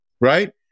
right